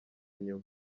nyuma